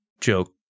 joke